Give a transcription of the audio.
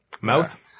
Mouth